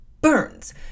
Burns